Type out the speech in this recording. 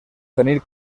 tenir